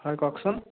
হয় কওকচোন